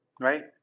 right